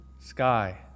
sky